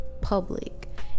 public